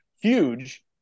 huge